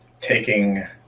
taking